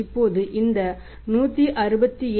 இப்போது இந்த 167